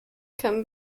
can